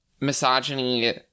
misogyny